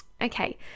Okay